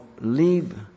leave